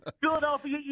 Philadelphia